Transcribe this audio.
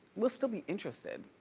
we'll still be interested.